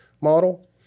model